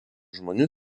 žmonių